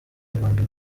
mirongo